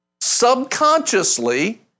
subconsciously